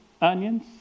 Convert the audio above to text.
Onions